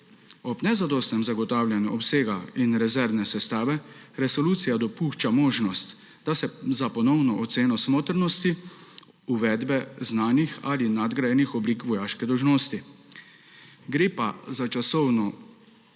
Ob nezadostnem zagotavljanju obsega in rezervne sestave resolucija dopušča možnost za ponovno oceno smotrnosti uvedbe znanih ali nadgrajenih oblik vojaške dolžnosti. Gre pa za časovno